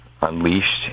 unleashed